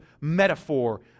metaphor